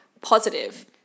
positive